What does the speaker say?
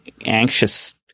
anxious